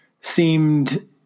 seemed